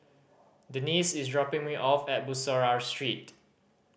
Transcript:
Denice is dropping me off at Bussorah Street